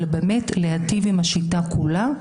אלא באמת להטיב עם השיטה כולה,